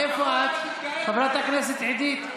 חברת הכנסת עידית,